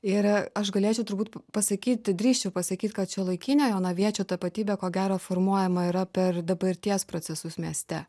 ir aš galėčiau turbūt pasakyti drįsčiau pasakyt kad šiuolaikinio jonaviečio tapatybė ko gero formuojama yra per dabarties procesus mieste